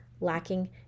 lacking